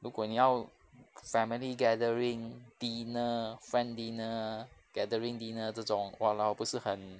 如果你要 family gathering dinner friend dinner gathering dinner 这种 !walao! 不是很